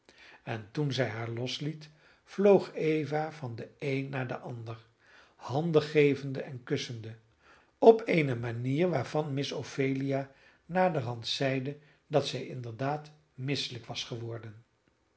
en toen zij haar losliet vloog eva van den een naar den ander handen gevende en kussende op eene manier waarvan miss ophelia naderhand zeide dat zij inderdaad misselijk was geworden